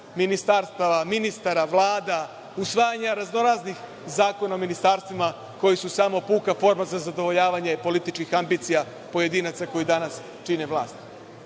ministarstava, ministara, vlada, usvajanja raznoraznih zakona o ministarstvima koji su samo puka forma za zadovoljavanje političkih ambicija pojedinaca koji danas čine vlast. Prošle